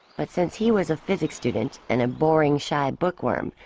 but since he was a physics student and a boring shy bookworm.